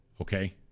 okay